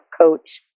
coach